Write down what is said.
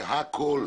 זה הכול.